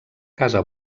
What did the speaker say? casa